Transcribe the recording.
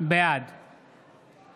בעד